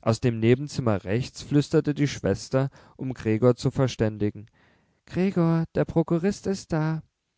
aus dem nebenzimmer rechts flüsterte die schwester um gregor zu verständigen gregor der prokurist ist da